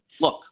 Look